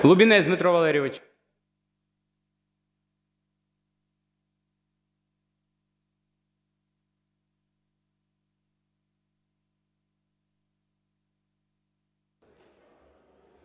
Лубінець Дмитро Валерійович.